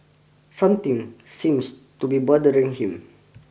something seems to be bothering him